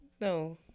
No